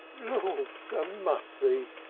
lawks a mussy!